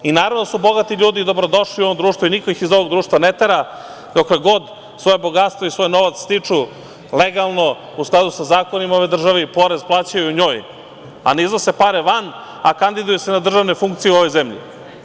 Naravno da su bogati ljudi dobrodošli u ovom društvu i niko ih iz ovog društva ne tera, dokle god svoje bogatstvo i svoj novac stiču legalno, u skladu sa zakonima u ovoj državi i porez plaćaju njoj, a ne iznose pare van, a kandiduju se na državne funkcije u ovoj zemlji.